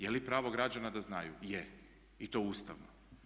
Je li pravo građana da znaju i to ustavno.